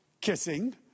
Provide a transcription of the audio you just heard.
kissing